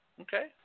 Okay